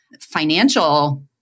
financial